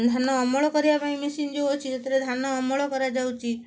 ଧାନ ଅମଳ କରିବା ପାଇଁ ମେସିନ୍ ଯେଉଁ ଅଛି ସେଥିରେ ଧାନ ଅମଳ କରାଯାଉଛି